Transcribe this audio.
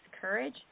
courage